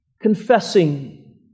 confessing